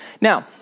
now